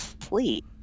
sleep